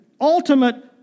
Ultimate